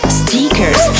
stickers